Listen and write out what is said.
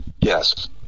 Yes